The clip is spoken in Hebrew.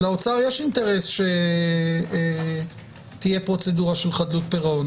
לאוצר יש אינטרס שתהיה פרוצדורה של חדלות פירעון,